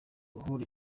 ruhuri